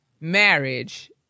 marriage